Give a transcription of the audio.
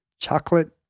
chocolate